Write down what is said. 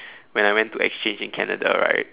when I went to exchange in Canada right